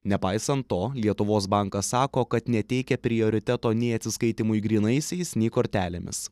nepaisant to lietuvos bankas sako kad neteikia prioriteto nei atsiskaitymui grynaisiais nei kortelėmis